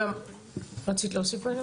רצית להוסיף?